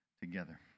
together